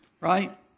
right